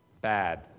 bad